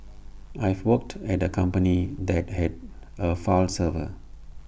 I've worked at A company that had A file server